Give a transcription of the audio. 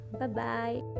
Bye-bye